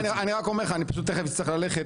אני רק אומר לך, אני פשוט תכף אצטרך ללכת.